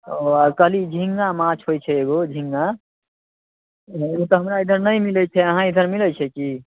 ओ कहली झिङ्गा माछ होइ छै एगो झिङ्गा हमरा इधर नहि मिलै छै अहाँ इधर मिलै छै कि